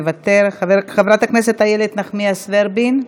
מוותר, חברת הכנסת איילת נחמיאס ורבין,